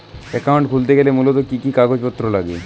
Account খুলতে গেলে মূলত কি কি কাগজপত্র লাগে?